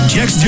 Jax